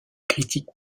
critiques